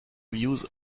views